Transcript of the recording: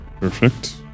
Perfect